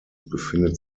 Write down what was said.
befindet